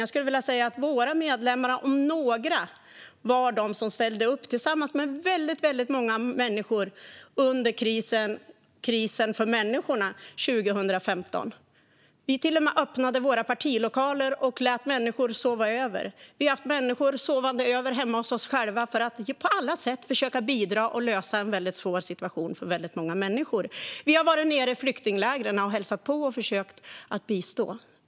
Jag skulle vilja säga att det var våra medlemmar, om några, som tillsammans med väldigt många andra ställde upp under krisen för människorna 2015. Vi till och med öppnade våra partilokaler och lät människor sova över där. Vi har haft människor sovande hemma hos oss själva för att på alla sätt försöka bidra och lösa en väldigt svår situation för många människor. Vi har varit nere i flyktinglägren och hälsat på och försökt bistå.